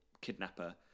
kidnapper